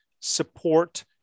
support